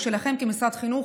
או שלכם כמשרד חינוך,